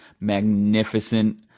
magnificent